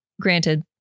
granted